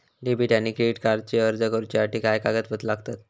Debit आणि credit कार्डचो अर्ज करुच्यासाठी काय कागदपत्र लागतत?